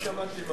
לא שמעתי,